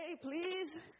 please